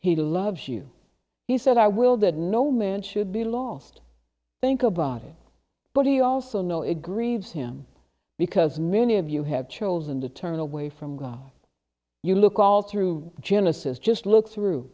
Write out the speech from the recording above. he loves you he said i will that no man should be lost think about it but we also know it grieves him because many of you have chosen to turn away from god you look out through genesis just look through